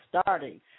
starting